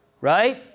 Right